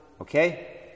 okay